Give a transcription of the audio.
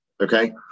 okay